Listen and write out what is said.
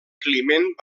climent